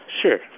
Sure